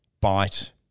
bite